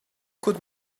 could